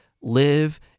live